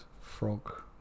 frog